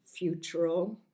futural